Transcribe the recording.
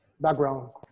background